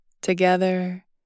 Together